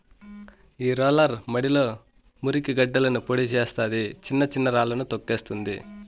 ఈ రోలర్ మడిలో మురికి గడ్డలను పొడి చేస్తాది, చిన్న చిన్న రాళ్ళను తోక్కేస్తుంది